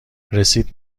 رسید